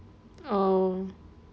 oh